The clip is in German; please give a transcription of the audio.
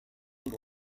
und